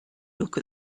look